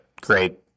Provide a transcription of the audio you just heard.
great